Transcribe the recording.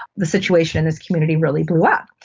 the situation in this community really blew up.